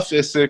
אף עסק,